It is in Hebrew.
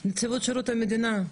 נציבות שירות המדינה,